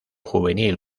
juvenil